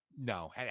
no